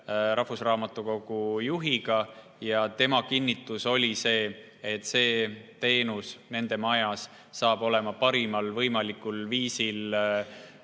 rahvusraamatukogu juhiga. Tema kinnitus oli see, et see teenus nende majas saab olema sisu poolest parimal võimalikul viisil